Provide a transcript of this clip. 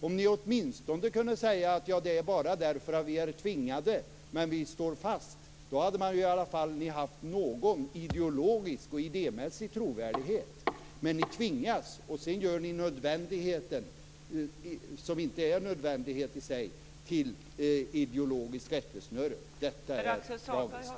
Om ni åtminstone kunde säga: Detta gör vi bara därför att vi är tvingade, men vi står ändå fast, hade ni i alla fall haft någon ideologisk och idémässig trovärdighet. Men ni tvingas och gör sedan nödvändigheten, som i sig inte är en nödvändighet, till ideologiskt rättesnöre. Detta är beklagligt.